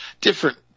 different